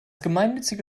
gemeinnützige